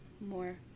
more